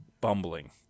bumbling